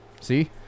See